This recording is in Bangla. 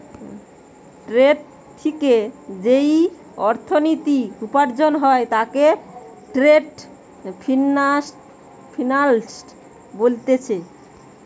ট্রেড থিকে যেই অর্থনীতি উপার্জন হয় তাকে ট্রেড ফিন্যান্স বোলছে